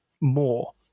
more